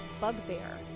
bugbear